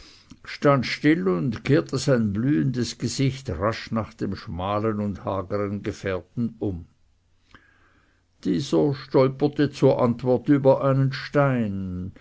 stand still und kehrte sein blühendes gesicht rasch nach dem schmalen und hagern gefährten um dieser stolperte zur antwort über einen stein